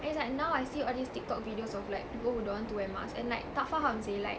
and it's like now I see all these TikTok videos of like people who don't want to wear masks and like tak faham seh like